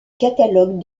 catalogue